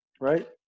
right